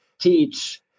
teach